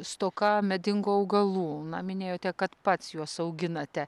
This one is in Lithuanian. stoka medingų augalų na minėjote kad pats juos auginate